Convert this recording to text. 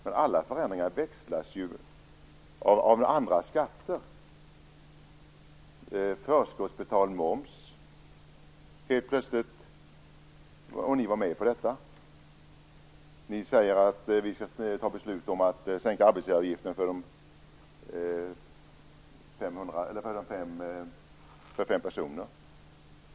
Men alla förändringar växlas ju mot andra skatter. Ni var med på detta med förskottsbetald moms. Ni säger att vi skall fatta beslut om att sänka arbetsgivaravgiften för företag med fem personer.